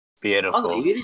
Beautiful